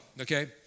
okay